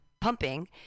pumping